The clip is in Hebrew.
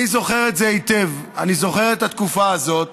אני זוכר את זה היטב, אני זוכר את התקופה הזאת